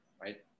right